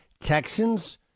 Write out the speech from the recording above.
Texans